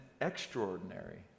extraordinary